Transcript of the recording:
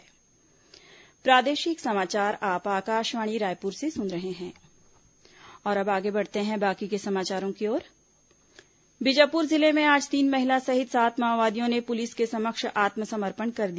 माओवादी समर्पण बीजापुर जिले में आज तीन महिला सहित सात माओवादियों ने पुलिस के समक्ष आत्मसमर्पण कर दिया